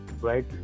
right